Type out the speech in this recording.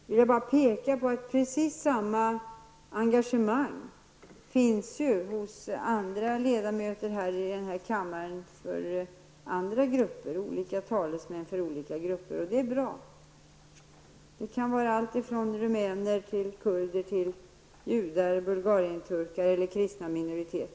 Men jag vill peka på att precis samma engagemang för andra grupper finns hos andra ledamöter. Olika grupper har här i riksdagen sina talesmän, och det är bra. Det kan gälla allt ifrån rumänier, kurder och bulgarienturkar till judar och kristna minoriteter.